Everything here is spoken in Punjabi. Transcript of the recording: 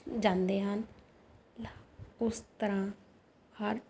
ਜਾਂਦੇ ਹਨ ਉਸ ਤਰ੍ਹਾਂ ਹਰ